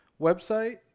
website